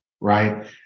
right